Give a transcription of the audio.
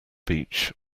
beach